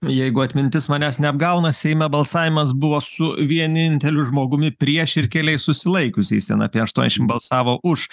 jeigu atmintis manęs neapgauna seime balsavimas buvo su vieninteliu žmogumi prieš ir keliais susilaikiusiais ten apie aštuoniasdešimt balsavo už